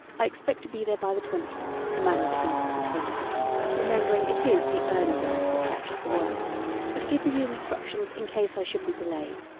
i expect to be there by the twentieth, to manage these little things remembering it is the early bird that catches the worm but give you the instructions in case i should be delayed.